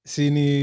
Sini